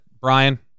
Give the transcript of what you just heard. brian